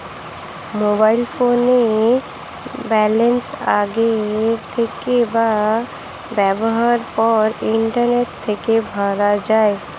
mobile ফোনের balance আগের থেকে বা ব্যবহারের পর ইন্টারনেট থেকে ভরা যায়